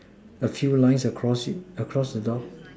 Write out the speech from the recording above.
a few line across in across the door